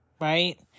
right